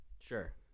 Sure